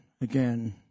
again